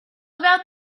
about